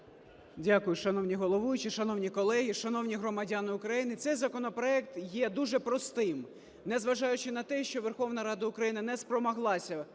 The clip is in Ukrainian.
Дякую. Шановні головуючі! Шановні колеги! Шановні громадяни України! Цей законопроект є дуже простим, незважаючи на те, що Верховна Рада України не спромоглася,